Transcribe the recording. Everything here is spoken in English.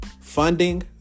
Funding